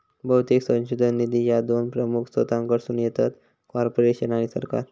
बहुतेक संशोधन निधी ह्या दोन प्रमुख स्त्रोतांकडसून येतत, कॉर्पोरेशन आणि सरकार